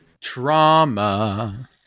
trauma